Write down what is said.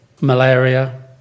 malaria